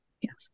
Yes